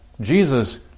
Jesus